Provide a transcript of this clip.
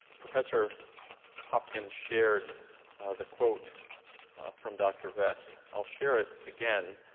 professor hopkins shared the quote from dr. vest. i'll share it again.